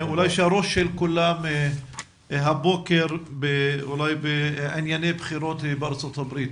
שהראש של כולם היום הוא אולי בענייני בחירות בארצות הברית